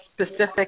specific